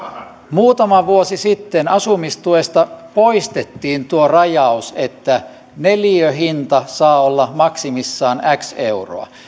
muutama vuosi sitten asumistuesta poistettiin tuo rajaus että neliöhinta saa olla maksimissaan x euroa